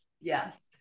Yes